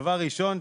דבר ראשון,